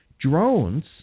drones